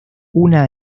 una